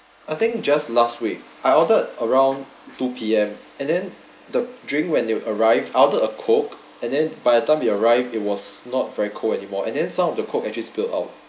I think just last week I ordered around two P_M and then the drink when they arrived I ordered a coke and then by the time we arrived it was not very cold anymore and then some of the coke actually spilt out